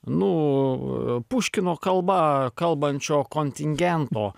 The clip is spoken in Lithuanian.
nu puškino kalba kalbančio kontingento